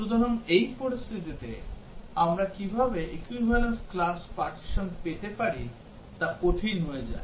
সুতরাং এই পরিস্থিতিতে আমরা কিভাবে equivalence class partition পেতে পারি তা কঠিন হয়ে যায়